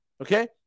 okay